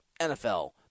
NFL